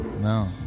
No